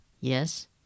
Yes